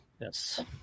yes